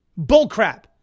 Bullcrap